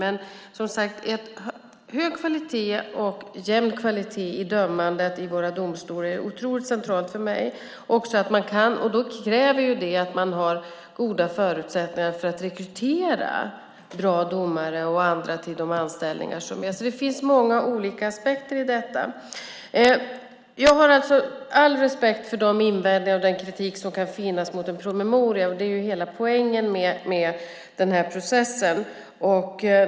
En hög och jämn kvalitet i dömandet i våra domstolar är centralt för mig. Det kräver att man har goda förutsättningar att rekrytera bra domare och andra till de anställningar som görs. Det finns alltså många olika aspekter i detta. Jag har all respekt för de invändningar och den kritik som kan finnas mot en promemoria. Det är hela poängen med processen.